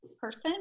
person